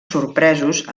sorpresos